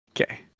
Okay